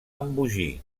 embogir